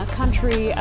country